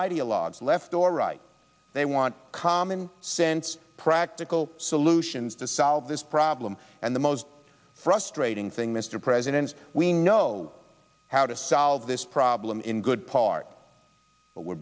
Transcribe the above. ideologues left or right they want common sense practical solutions to solve this problem and the most frustrating thing mr president we know how to solve this problem in good part we're